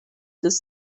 des